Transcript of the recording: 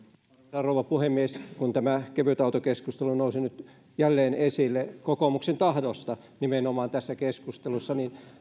rouva puhemies kun tämä kevytautokeskustelu nousi nyt jälleen esille nimenomaan kokoomuksen tahdosta tässä keskustelussa niin